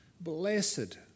Blessed